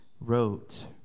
wrote